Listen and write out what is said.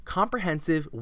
comprehensive